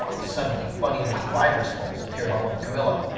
suddenly, funny little virus balls appeared all over camilla.